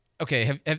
Okay